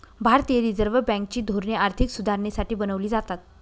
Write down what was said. भारतीय Reserve Bank ची धोरणे आर्थिक सुधारणेसाठी बनवली जातात